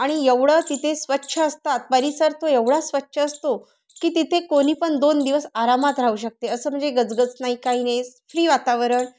आणि एवढं तिथे स्वच्छ असतात परिसर तो एवढा स्वच्छ असतो की तिथे कोणी पण दोन दिवस आरामात राहू शकते असं म्हणजे गजगज नाही काही नाही फ्री वातावरण